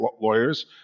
lawyers